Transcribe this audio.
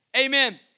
Amen